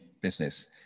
business